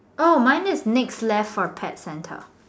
oh mine is next left for pet center